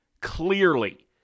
clearly